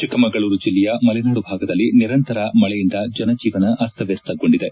ಚಿಕ್ಕಮಗಳೂರು ಜಿಲ್ಲೆಯ ಮಲೆನಾಡು ಭಾಗದಲ್ಲಿ ನಿರಂತರ ಮಳೆಯಿಂದ ಜನಜೀವನ ಅಸ್ತವ್ಯಸ್ತಗೊಂಡಿದೆ